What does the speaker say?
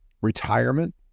retirement